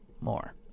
more